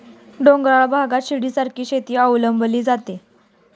डोंगराळ भागात शिडीसारखी शेती अवलंबली जाते